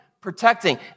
protecting